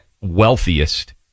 wealthiest